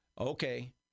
Okay